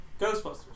Ghostbusters